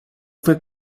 فکر